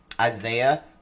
Isaiah